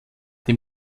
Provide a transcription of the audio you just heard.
dem